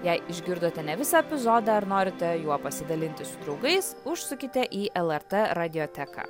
jei išgirdote ne visą epizodą ar norite juo pasidalinti su draugais užsukite į lrt radioteką